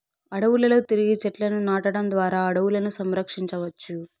అడవులలో తిరిగి చెట్లను నాటడం ద్వారా అడవులను సంరక్షించవచ్చు